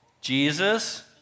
Jesus